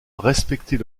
respecter